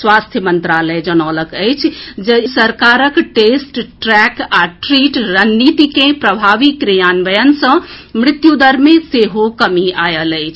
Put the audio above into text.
स्वास्थ्य मंत्रालय जनौलक अछि जे सरकारक टेस्ट ट्रैक आ ट्रीट रणनीतिके प्रभावी क्रियान्वयन सँ मृत्युदर मे सेहो कमी आयल अछि